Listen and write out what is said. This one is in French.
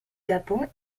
gabon